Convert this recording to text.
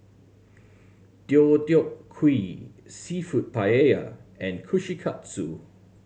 Deodeok Gui Seafood Paella and Kushikatsu